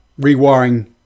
rewiring